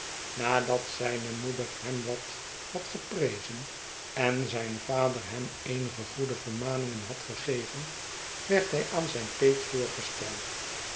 nadat zijne moeder hem wat had geprezen en zijn vader hem eenige goede vermaningen had gegeven werd hij aan zijn peet voorgesteld